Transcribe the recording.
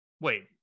Wait